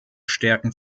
stärken